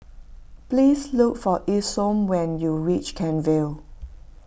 please look for Isom when you reach Kent Vale